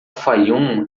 fayoum